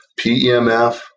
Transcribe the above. PEMF